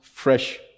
Fresh